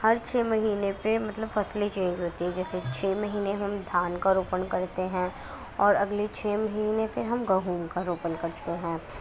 ہر چھ مہینے پہ مطلب فصلیں چینج ہوتی ہیں جیسے چھ مہینے ہم دھان کا روپن کرتے ہیں اور اگلے چھ مہینے سے ہم گیہوں کا روپن کرتے ہیں